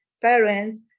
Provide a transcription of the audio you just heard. parents